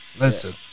Listen